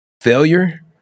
Failure